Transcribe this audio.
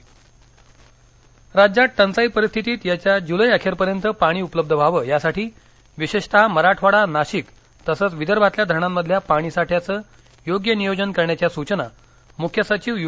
पाणी टंचाई राज्यात टंचाई परिस्थितीत येत्या जूलै अखेरपर्यंत पाणी उपलब्ध व्हावं यासाठी विशेषतः मराठवाडा नाशिक तसंच विदर्भातल्या धरणामधल्या पाणीसाठ्यांचं योग्य नियोजन करण्याच्या सूचना मुख्य सचिव यू